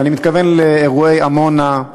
אני מתכוון לאירועי עמונה,